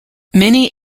many